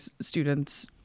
students